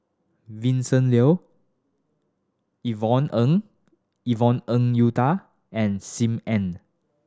Vincent Leow Yvonne Ng Yvonne Ng Uhde and Sim Ann